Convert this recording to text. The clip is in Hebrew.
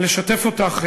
לשתף אותך,